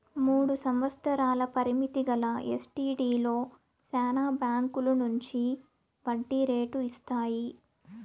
మూడు సంవత్సరాల పరిమితి గల ఎస్టీడీలో శానా బాంకీలు మంచి వడ్డీ రేటు ఇస్తాయి